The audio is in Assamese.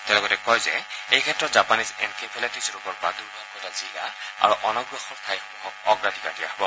তেওঁ লগতে কয় যে এই ক্ষেত্ৰত জাপানীজ এনকেফেলাইটিছ ৰোগৰ প্ৰাদুৰ্ভাৱ ঘটা জিলা আৰু অনগ্ৰসৰ ঠাইসমূহক অগ্ৰাধিকাৰ দিয়া হ'ব